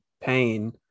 pain